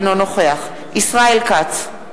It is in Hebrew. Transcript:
אינו נוכח ישראל כץ,